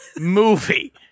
movie